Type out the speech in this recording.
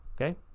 okay